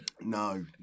No